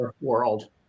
world